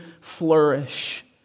flourish